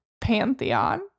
pantheon